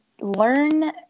learn